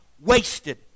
wasted